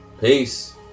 Peace